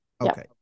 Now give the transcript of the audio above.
Okay